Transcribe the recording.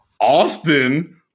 Austin